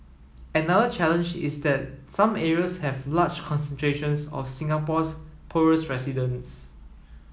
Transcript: another challenge is that some areas have large concentrations of Singapore's poorest residents